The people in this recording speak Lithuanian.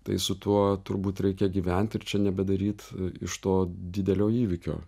tai su tuo turbūt reikia gyvent ir čia nebedaryt iš to didelio įvykio